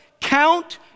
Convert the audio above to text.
count